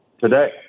today